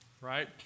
right